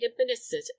administered